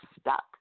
stuck